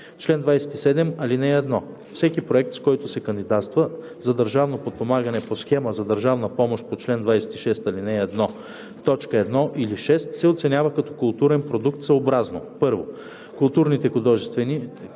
„Чл. 27. (1) Всеки проект, с който се кандидатства за държавно подпомагане по схема за държавна помощ по чл. 26, ал. 1, т. 1 или 6, се оценява като културен продукт съобразно: 1. културните, художествените